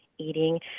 eating